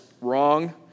Wrong